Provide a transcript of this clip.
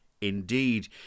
Indeed